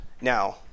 now